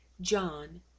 John